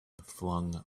flung